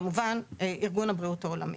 כמובן ארגון הבריאות העולמי.